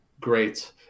great